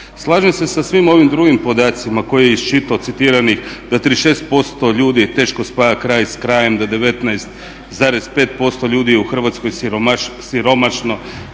Slažem se sa svim ovim drugim podacima koje je iščitao, da 36% ljudi teško spaja kraj s krajem, da 19,5% ljudi u Hrvatskoj je siromašno,